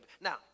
Now